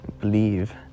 believe